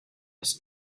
his